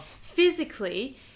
physically